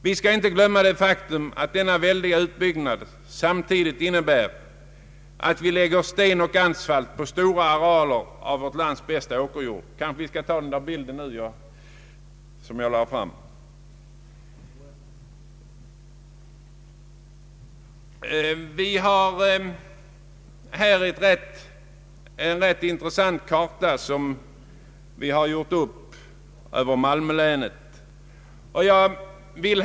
Vi skall inte glömma det faktum att denna väldiga utbyggnad samtidigt innebär att vi lägger sten och asfalt på stora arealer av vårt lands bästa åkerjord. Jag vill i detta sammanhang hänvisa till en ganska intressant karta över Malmöhus län som finns intagen i motionen 1:995.